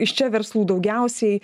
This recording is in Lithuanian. iš čia verslų daugiausiai